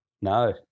No